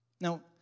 Now